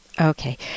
Okay